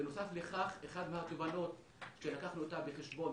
בנוסף לכך אחת מהתובנות שלקחנו אותה בחשבון,